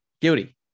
Guilty